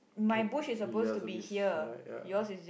uh ya service uh ya